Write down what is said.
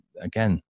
again